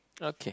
okay